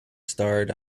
starred